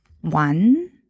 one